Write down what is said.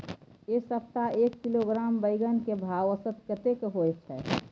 ऐ सप्ताह एक किलोग्राम बैंगन के भाव औसत कतेक होय छै?